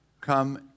come